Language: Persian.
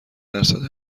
درصد